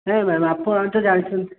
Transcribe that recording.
ନାଇଁ ମ୍ୟାମ୍ ଆପଣ ତ ଜାଣିଛନ୍ତି